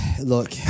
look